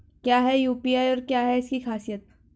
क्या है यू.पी.आई और क्या है इसकी खासियत?